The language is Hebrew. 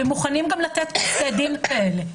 והם מוכנים גם לתת פסקי דין כאלה.